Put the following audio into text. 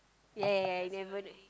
ya ya ya I never knew